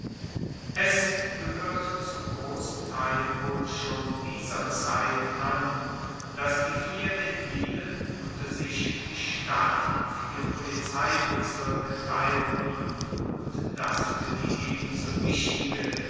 es gehoert zum grossen teil wohl schon dieser zeit an dass die vier aedilen unter sich die stadt in vier polizeibezirke teilten und dass fuer die ebenso wichtige